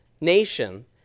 nation